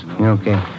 Okay